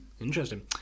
Interesting